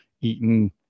eaten